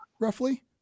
roughly